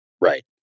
Right